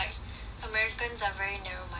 americans are very narrow minded lor